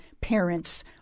parents